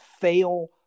fail